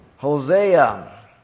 Hosea